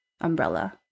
umbrella